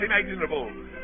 imaginable